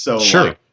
Sure